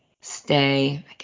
Stay